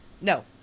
No